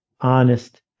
honest